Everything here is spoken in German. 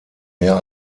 mehr